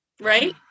right